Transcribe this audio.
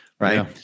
right